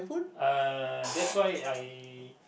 uh that's why I